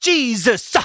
Jesus